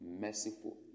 merciful